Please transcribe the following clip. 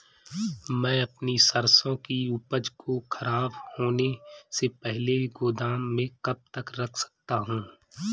मैं अपनी सरसों की उपज को खराब होने से पहले गोदाम में कब तक रख सकता हूँ?